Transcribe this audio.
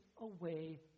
away